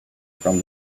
from